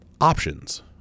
options